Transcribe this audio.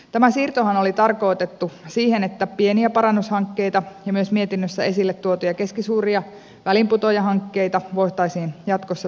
tämä siirtohan oli tarkoitettu siihen että pieniä parannushankkeita ja myös mietinnössä esille tuotuja keskisuuria väliinputoajahankkeita voitaisiin jatkossa toteuttaa